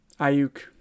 Ayuk